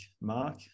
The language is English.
mark